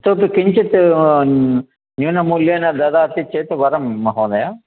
इतोपि किञ्चित् न्यूनं मूल्येन ददाति चेत् वरं महोदय